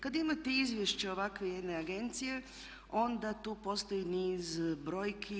Kad imate izvješće ovakve jedne agencije onda tu postoji niz brojki.